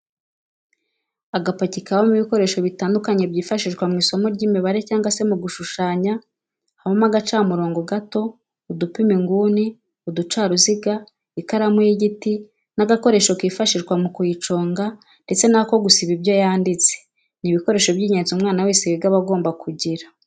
Agapaki kabamo ibikoresho bitandukanye byifashishwa mw'isomo ry'imibare cyangwa se mu gushushanya habamo agacamurobo gato, udupima inguni, uducaruziga ,ikaramu y'igiti n'agakoresho kifashishwa mu kuyiconga ndetse n'ako gusiba ibyo yanditse, ni ibikoresho by'ingenzi umwana wese wiga aba agomba kugira.